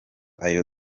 ayo